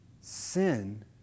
Sin